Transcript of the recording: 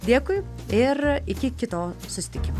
dėkui ir iki kito susitikimo